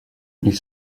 ils